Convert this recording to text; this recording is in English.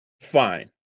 fine